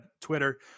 Twitter